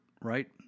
right